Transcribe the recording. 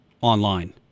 online